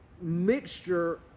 mixture